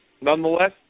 Nonetheless